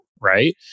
right